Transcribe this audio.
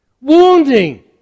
wounding